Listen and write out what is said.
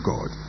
God